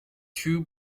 two